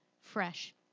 fresh